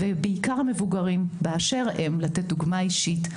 בעיקר המבוגרים באשר הם לתת דוגמה אישית,